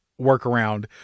workaround